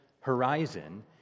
horizon